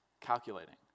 calculating